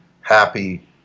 happy